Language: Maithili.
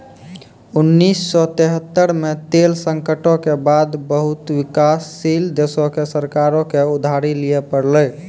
उन्नीस सौ तेहत्तर मे तेल संकटो के बाद बहुते विकासशील देशो के सरकारो के उधारी लिये पड़लै